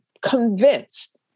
convinced